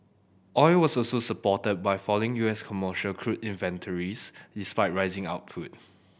oil was also supported by falling U S commercial crude inventories despite rising output